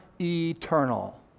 eternal